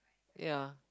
ya